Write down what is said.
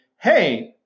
Hey